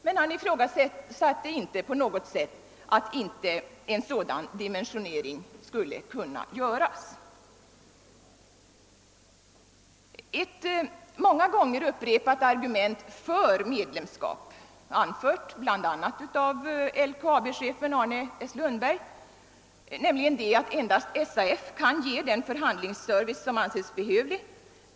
Men han ifrågasatte inte på något sätt att en sådan omprövning skulle kunna göras. Ett många gånger upprepat argument för medlemskap, anfört bl.a. av LKAB chefen Arne S. Lundberg, är att endast SAF kan ge den förhandlingsservice som anses behövlig.